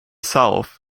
south